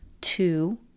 two